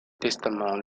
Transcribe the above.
testament